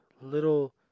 little